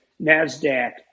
NASDAQ